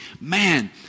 man